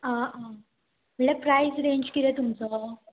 आं आं म्हळ्ळ्या प्रायस रेंज कितें तुमचो